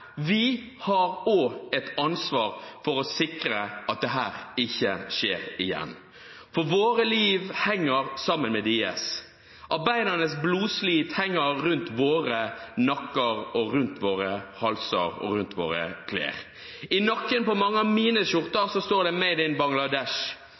vi har et ansvar for å sikre at dette ikke skjer igjen – for våre liv henger sammen med deres. Arbeidernes blodslit henger rundt vår nakke og vår hals – og er i våre klær. I nakken på mange av mine skjorter står det